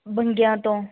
ਬੁੰਗਿਆਂ ਤੋਂ